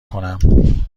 کنم